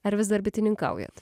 ar vis dar bitininkaujat